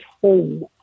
home